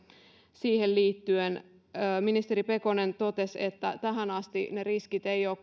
siihen liittyen ministeri pekonen totesi että tähän asti ne riskit eivät ole